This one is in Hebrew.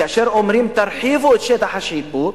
כאשר אומרים: תרחיבו את שטח השיפוט,